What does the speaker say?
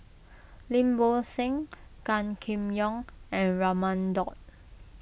Lim Bo Seng Gan Kim Yong and Raman Daud